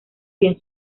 bien